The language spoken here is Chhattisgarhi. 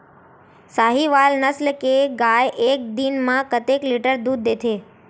साहीवल नस्ल गाय एक दिन म कतेक लीटर दूध देथे?